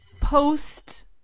post